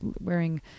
wearing